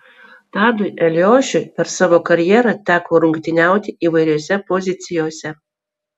tadui eliošiui per savo karjerą teko rungtyniauti įvairiose pozicijose